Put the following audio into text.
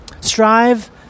strive